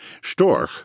Storch